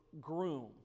groom